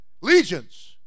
legions